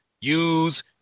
use